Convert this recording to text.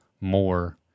more